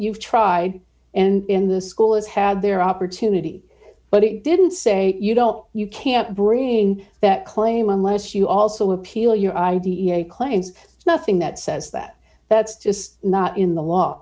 you've tried and in the school has had their opportunity but it didn't say you don't you can't bring that claim unless you also appeal your i d e a claims it's nothing that says that that's just not in the law